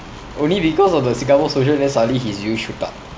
only because of the singapore social then suddenly his views shoot up